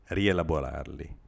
rielaborarli